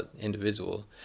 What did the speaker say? individual